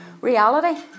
reality